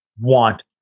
want